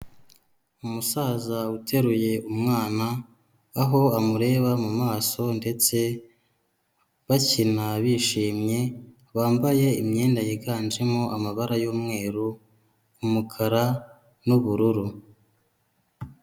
Umusaza uteruye umwana aho amureba mu maso ndetse bakina bishimye, bambaye imyenda yiganjemo amabara y'umweru, umukara n'ubururu.